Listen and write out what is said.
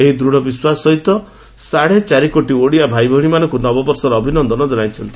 ଏହି ଦୃଢ଼ ବିଶ୍ୱାସ ସହିତ ସା ଚାରିକୋଟି ଓଡ଼ିଆ ଭାଇଭଉଣୀମାନଙ୍କୁ ନବବର୍ଷର ଅଭିନନ୍ଦନ ଜଣାଇଛନ୍ତି